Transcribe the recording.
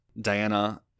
Diana